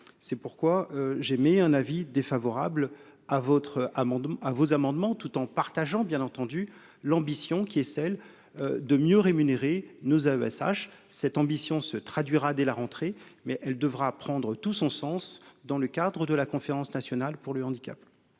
c'est pourquoi j'émets un avis défavorable à votre amendement à vos amendements, tout en partageant bien entendu l'ambition qui est celle de mieux rémunérer nous avait sache cette ambition se traduira dès la rentrée, mais elle devra prendre tout son sens dans le cadre de la conférence nationale pour le handicap.